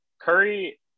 Curry